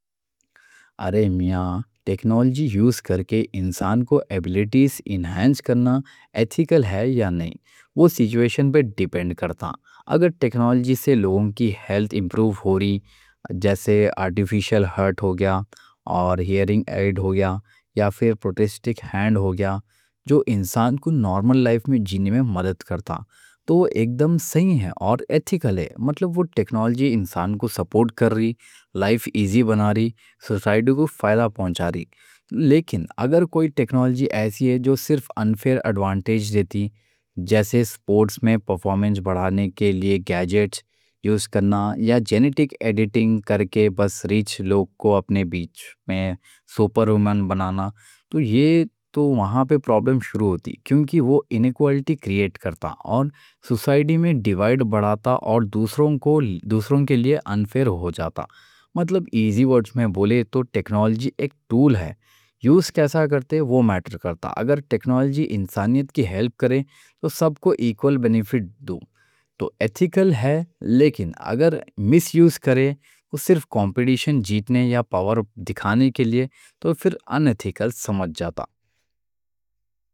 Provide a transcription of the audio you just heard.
ارے میاں ٹیکنالوجی یوز کرکے انسان کو ایبیلٹیز انہینس کرنا ایتھیکل ہے یا نہیں۔ وہ سیچویشن پر ڈیپینڈ کرتا۔ اگر ٹیکنالوجی سے لوگوں کی ہیلتھ امپروف ہو رہی، جیسے آرٹیفیشل ہارٹ ہو گیا اور ہیرنگ ایڈ ہو گیا یا پھر پروستھیٹک ہینڈ ہو گیا جو انسان کو نارمل لائف میں جینے میں مدد کرتا، تو وہ ایک دم صحیح ہے اور ایتھیکل ہے۔ مطلب، وہ ٹیکنالوجی انسان کو سپورٹ کر رہی، لائف ایزی بنا رہی، سوسائٹی کو فائدہ پہنچا رہی۔ لیکن اگر کوئی ٹیکنالوجی ایسی ہے جو صرف انفیر اڈوانٹیج دیتی، جیسے سپورٹس میں پرفارمنس بڑھانے کے لیے گیجٹ یوز کرنا یا جینیٹک ایڈٹنگ کرکے بس ریچ لوگ کو اپنے بیچ میں سوپر رومن بنانا، تو یہ تو وہاں پہ پرابلم شروع ہوتی کیونکہ وہ انیکوالٹی کرتا اور دوسروں کے لیے انفیر ہو جاتا۔ مطلب ایزی ورڈز میں بولے تو ٹیکنالوجی ایک ٹول ہے، یوز کیسا کرتے وہ میٹر کرتا۔ اگر ٹیکنالوجی انسانیت کی ہیلپ کرے تو سب کو ایکوال بینیفٹ دو تو ایتھیکل ہے، لیکن اگر میس یوز کرے وہ صرف کمپیٹیشن جیتنے یا پاور دکھانے کے لیے تو پھر ان ایتھیکل سمجھ جاتا۔